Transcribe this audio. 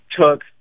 took